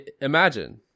imagine